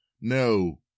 no